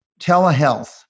Telehealth